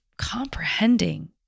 comprehending